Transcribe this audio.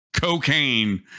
cocaine